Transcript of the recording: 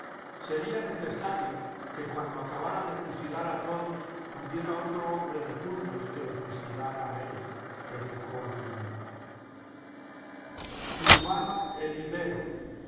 sería necesario que cuando acabara de fusilar a todos hubiera otro hombre de puños que lo fusilara a él replicó aviraneta zurbano el